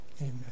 Amen